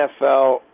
NFL